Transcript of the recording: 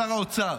שר האוצר,